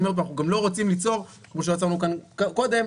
אנחנו גם לא רוצים ליצור, כמו שיצרנו כאן קודם,